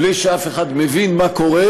בלי שאף אחד מבין מה קורה,